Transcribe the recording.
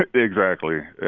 ah exactly.